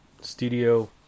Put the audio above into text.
studio